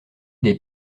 des